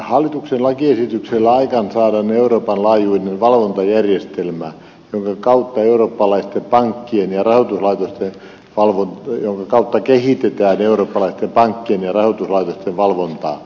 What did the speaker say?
hallituksen lakiesityksellä aikaansaadaan euroopan laajuinen valvontajärjestelmä vilkkautta eurooppalaisten pankkien ja rahoituslaitosten jonka kautta kehitetään eurooppalaisten pankkien ja rahoituslaitosten valvontaa